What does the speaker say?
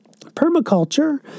Permaculture